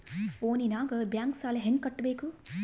ಫೋನಿನಾಗ ಬ್ಯಾಂಕ್ ಸಾಲ ಹೆಂಗ ಕಟ್ಟಬೇಕು?